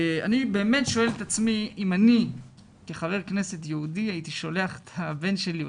אני באמת שואל את עצמי אם אני כחבר כנסת יהודי הייתי שולח את הבן שלי או